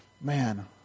man